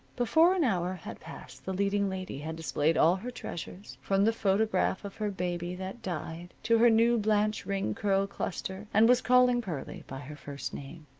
before an hour had passed, the leading lady had displayed all her treasures, from the photograph of her baby that died to her new blanche ring curl cluster, and was calling pearlie by her first name.